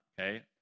okay